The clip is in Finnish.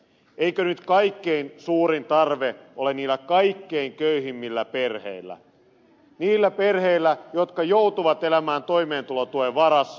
eikö nyt kaikkein suurin tarve ole niillä kaikkein köyhimmillä perheillä niillä perheillä jotka joutuvat elämään toimentulotuen varassa